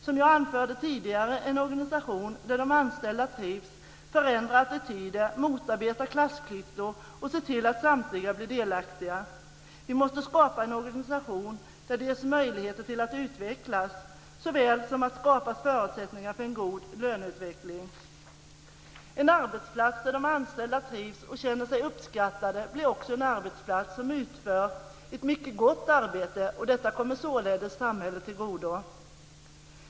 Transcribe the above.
Som jag anförde tidigare ska det vara en organisation där de anställda trivs. Vi måste förändra attityder, motarbeta klassklyftor och se till att samtliga blir delaktiga. Vi måste skapa en organisation där det ges möjligheter att utvecklas och skapas förutsättningar för en god löneutveckling. En arbetsplats där de anställda trivs och känner sig uppskattade blir också en arbetsplats där man utför ett mycket gott arbete. Detta kommer således samhället till godo.